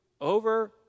over